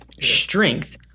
strength